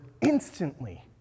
instantly